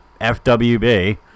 FWB